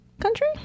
country